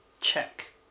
check